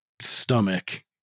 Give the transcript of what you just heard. stomach